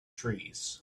trees